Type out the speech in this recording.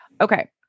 Okay